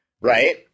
Right